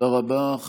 תודה רבה.